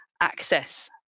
access